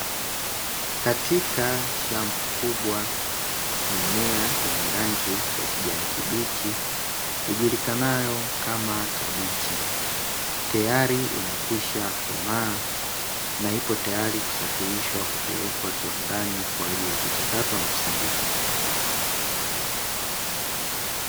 Katika shamba kubwa, mimea yenye rangi ya kijani kibichi; ijulikanayo kama kabichi, tayari imekwisha komaa na ipo tayari kusafirishwa na kupelekwa kiwandani kwa ajili ya kuchakatwa na kusindikwa.